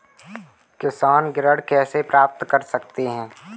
किसान ऋण कैसे प्राप्त कर सकते हैं?